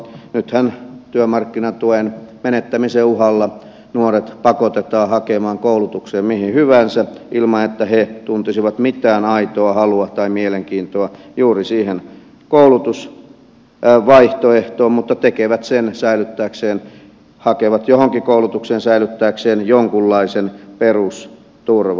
nythän työmarkkinatuen menettämisen uhalla nuoret pakotetaan hakemaan koulutukseen mihin hyvänsä ilman että he tuntisivat mitään aitoa halua tai mielenkiintoa juuri siihen koulutusvaihtoehtoon mutta tekevät sen hakevat johonkin koulutukseen säilyttääkseen jonkunlaisen perusturvan